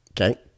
Okay